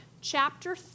chapter